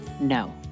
no